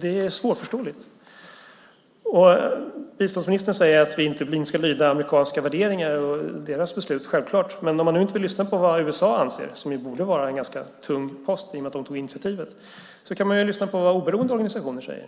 Det är svårförståeligt. Biståndsministern säger att vi inte ska lyda amerikanska värderingar och deras beslut - självklart - men om man nu inte vill lyssna på vad USA anser, som borde vara en ganska tung post i och med att de tog initiativet, så kan man ju lyssna på vad oberoende organisationer säger.